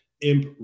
imp